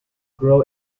grow